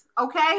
okay